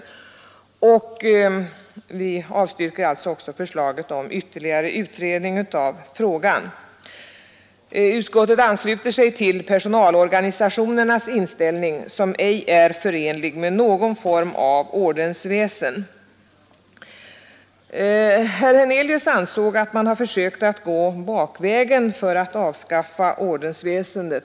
Även förslaget om ytterligare utredning av frågan avstyrkes. Utskottet ansluter sig till personalorganisationernas inställning, som inte är förenlig med någon form av ordensväsen. Herr Hernelius ansåg att man här har försökt gå en bakväg för att avskaffa ordensväsendet.